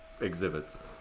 Exhibits